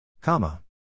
Comma